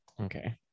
Okay